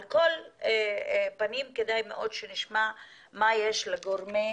על כל פנים כדאי מאוד שנשמע מה שיש לגורמי